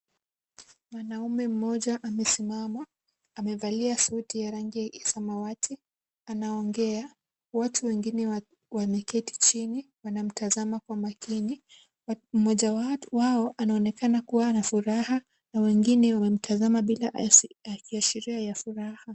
Mwanaume mmoja amesimama, amevalia suti ya rangi ya samawati. Anaongea, watu wengine wameketi chini wanamtazama kwa makini. Mmoja wao anaonekana kuwa na furaha na wengine wanamtazama bila kiashiria ya furaha.